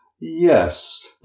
Yes